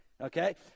okay